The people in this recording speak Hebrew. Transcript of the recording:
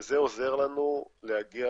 וזה עוזר לנו להגיע